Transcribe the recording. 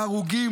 ההרוגים,